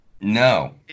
No